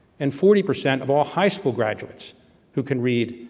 and forty percent of all high school graduates who can read,